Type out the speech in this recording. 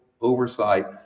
oversight